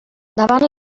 davant